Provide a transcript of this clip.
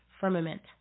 firmament